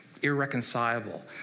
irreconcilable